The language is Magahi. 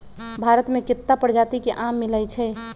भारत मे केत्ता परजाति के आम मिलई छई